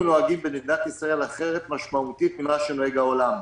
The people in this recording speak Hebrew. אנחנו נוהגים במדינת ישראל אחרת משמעותית ממה שנוהג העולם.